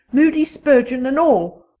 moody spurgeon and all,